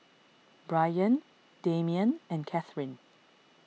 Bryan Damian and Katharine